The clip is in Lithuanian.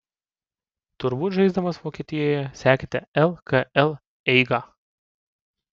turbūt žaisdamas vokietijoje sekėte lkl eigą